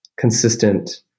consistent